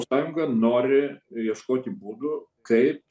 sąjunga nori ieškoti būdų kaip